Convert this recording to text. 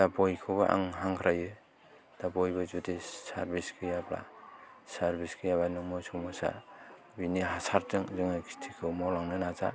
दा बयखौबो आं हांख्रायो दा बयबो जुदि चारभिच गैयाब्ला चारभिच गैयाबा नों मोसौ मोसा बेनि हासार जों जोङो खेटिखौ मावलांनो नाजा